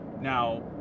now